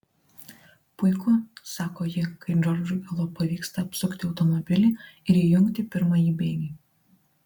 puiku sako ji kai džordžui galop pavyksta apsukti automobilį ir įjungti pirmąjį bėgį